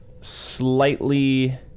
slightly